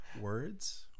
words